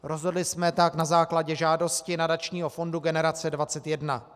Rozhodli jsme tak na základě žádosti nadačního fondu Generace 21.